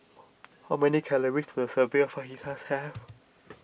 how many calories does a serving of Fajitas have